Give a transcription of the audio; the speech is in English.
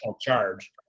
charge